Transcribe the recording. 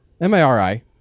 M-A-R-I